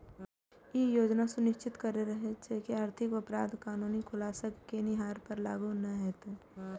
ई योजना सुनिश्चित करैत रहै जे आर्थिक अपराध कानून खुलासा केनिहार पर लागू नै हेतै